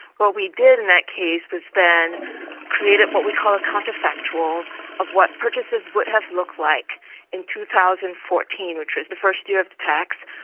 what we did in that case was then created what we call a counterfactual of what purchases would have looked like in two thousand and fourteen, which was the first year of the tax,